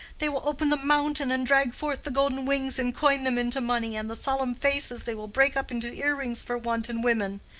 they will open the mountain and drag forth the golden wings and coin them into money, and the solemn faces they will break up into ear-rings for wanton women!